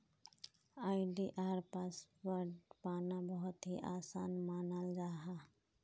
आई.डी.आर password पाना बहुत ही आसान मानाल जाहा